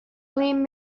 lend